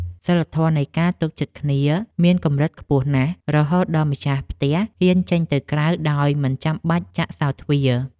សីលធម៌នៃការទុកចិត្តគ្នាមានកម្រិតខ្ពស់ណាស់ រហូតដល់ម្ចាស់ផ្ទះហ៊ានចេញទៅក្រៅដោយមិនចាំបាច់ចាក់សោទ្វារ។